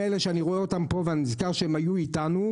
שאני רואה אותם פה ואני נזכר שהם היו איתנו,